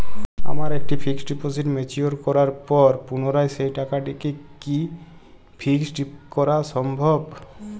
আমার একটি fixed deposit mature করার পর পুনরায় সেই টাকাটিকে কি ফিক্সড করা সম্ভব?